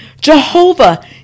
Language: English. Jehovah